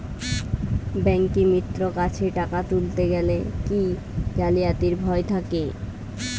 ব্যাঙ্কিমিত্র কাছে টাকা তুলতে গেলে কি জালিয়াতির ভয় থাকে?